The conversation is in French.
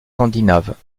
scandinaves